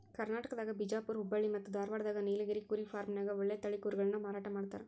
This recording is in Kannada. ಕರ್ನಾಟಕದಾಗ ಬಿಜಾಪುರ್ ಹುಬ್ಬಳ್ಳಿ ಮತ್ತ್ ಧಾರಾವಾಡದಾಗ ನೇಲಗಿರಿ ಕುರಿ ಫಾರ್ಮ್ನ್ಯಾಗ ಒಳ್ಳೆ ತಳಿ ಕುರಿಗಳನ್ನ ಮಾರಾಟ ಮಾಡ್ತಾರ